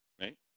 right